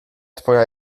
twoja